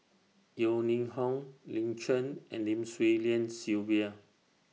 Yeo Ning Hong Lin Chen and Lim Swee Lian Sylvia